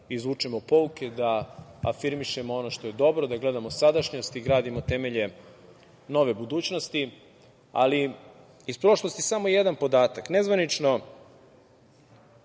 izvučemo pouke, da afirmišemo ono što je dobro, da gledamo sadašnjost i gradimo temelje nove budućnosti. Ali, iz prošlosti samo jedan podatak. Nezvanično,